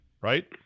Right